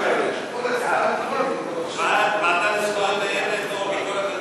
לוועדה, ועדה לזכויות הילד או ביקורת המדינה.